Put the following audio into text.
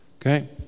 Okay